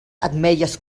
ametlles